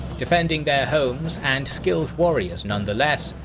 defending their homes and skilled warriors nonetheless,